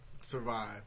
survive